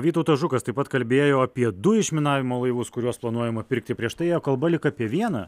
vytautas žukas taip pat kalbėjo apie du išminavimo laivus kuriuos planuojama pirkti prieš tai ėjo kalba lyg apie vieną